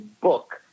book